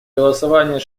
голосование